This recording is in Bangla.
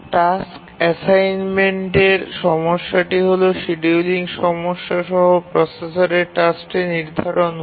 টাস্ক অ্যাসাইনমেন্টের সমস্যাটি হল শিডিয়ুলিং সমস্যা সহ প্রসেসরে টাস্কটি নির্ধারণ করা